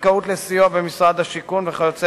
זכאות לסיוע במשרד השיכון וכיוצא